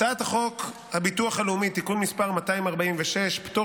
הצעת חוק הביטוח הלאומי (תיקון מס' 246) (פטור